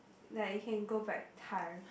like you can go back time